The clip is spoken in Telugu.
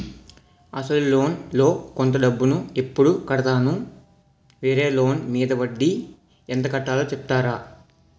అసలు లోన్ లో కొంత డబ్బు ను ఎప్పుడు కడతాను? వేరే లోన్ మీద వడ్డీ ఎంత కట్తలో చెప్తారా?